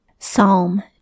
Psalm